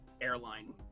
airline